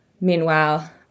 Meanwhile